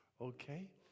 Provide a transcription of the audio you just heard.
okay